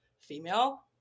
female